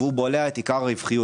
והוא בולע את עיקר הרווחיות.